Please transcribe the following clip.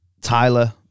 Tyler